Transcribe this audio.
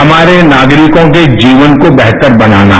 हमारे नागरिकों के जीवन का बेहतर बनाना